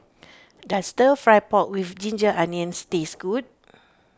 does Stir Fry Pork with Ginger Onions taste good